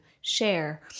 share